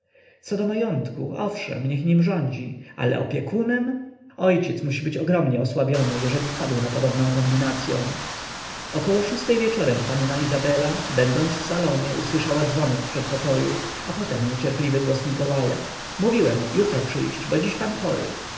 co do majątku owszem niech nim rządzi ale opiekunem ojciec musi być ogromnie osłabiony jeżeli wpadł na podobną kombinacyą około szóstej wieczorem panna izabela będąc w salonie usłyszała dzwonek w przedpokoju a potem niecierpliwy głos mikołaja mówiłem jutro przyjść bo dziś pan chory